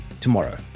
tomorrow